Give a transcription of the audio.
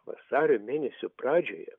vasario mėnesio pradžioje